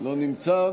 לא נמצא,